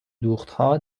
دوختها